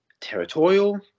territorial